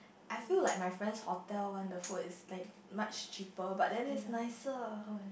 I feel like my friend's hotel one the food is like much cheaper but then is nicer